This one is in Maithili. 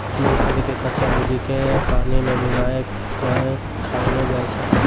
मूंगफली के कच्चा भूजिके पानी मे भिंगाय कय खायलो जाय छै